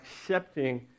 accepting